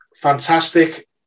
fantastic